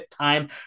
time